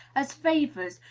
as favors,